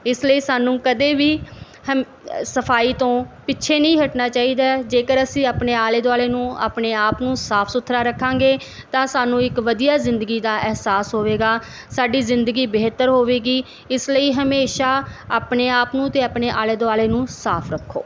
ਇਸ ਲਈ ਸਾਨੂੰ ਕਦੇ ਵੀ ਹਮ ਸਫਾਈ ਤੋਂ ਪਿੱਛੇ ਨਹੀਂ ਹਟਣਾ ਚਾਹੀਦਾ ਜੇਕਰ ਅਸੀਂ ਆਪਣੇ ਆਲੇ ਦੁਆਲੇ ਨੂੰ ਆਪਣੇ ਆਪ ਨੂੰ ਸਾਫ਼ ਸੁਥਰਾ ਰੱਖਾਂਗੇ ਤਾਂ ਸਾਨੂੰ ਇੱਕ ਵਧੀਆ ਜ਼ਿੰਦਗੀ ਦਾ ਅਹਿਸਾਸ ਹੋਵੇਗਾ ਸਾਡੀ ਜ਼ਿੰਦਗੀ ਬਿਹਤਰ ਹੋਵੇਗੀ ਇਸ ਲਈ ਹਮੇਸ਼ਾਂ ਆਪਣੇ ਆਪ ਨੂੰ ਅਤੇ ਆਪਣੇ ਆਲੇ ਦੁਆਲੇ ਨੂੰ ਸਾਫ਼ ਰੱਖੋ